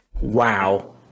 Wow